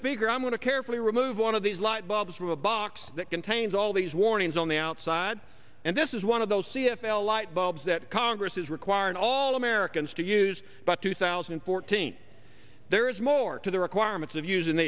speaker i'm going to carefully remove one of these light bulbs from a box that contains all these warnings on the outside and this is one of those c f l light bulbs that congress is requiring all americans to use but two thousand and fourteen there is more to the requirements of using